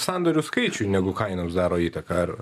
sandorių skaičiui negu kainoms daro įtaką ar